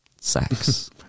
sex